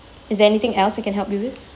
is there anything else I can help you with